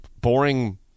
boring